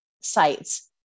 sites